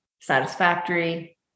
satisfactory